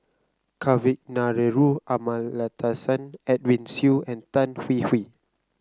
Kavignareru Amallathasan Edwin Siew and Tan Hwee Hwee